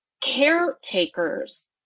caretakers